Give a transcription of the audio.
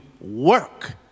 work